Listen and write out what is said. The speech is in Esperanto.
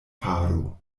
faro